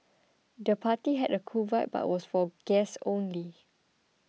the party had a cool vibe but was for guests only